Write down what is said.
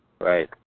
Right